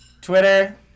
Twitter